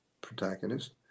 protagonist